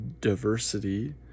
diversity